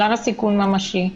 למה סיכון ממשי?